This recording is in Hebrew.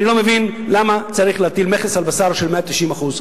אני לא מבין למה צריך להטיל מכס של 190% על בשר.